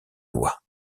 lois